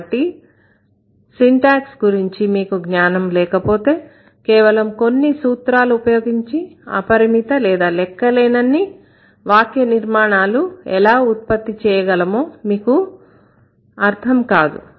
కాబట్టి సింటాక్స్ గురించి మీకు జ్ఞానం లేకపోతే కేవలం కొన్ని సూత్రాలు ఉపయోగించి అపరిమిత లేదా లెక్కలేనన్ని వాక్య నిర్మాణాలు ఎలా ఉత్పత్తి చేయగలమో మీకు అర్ధం కాదు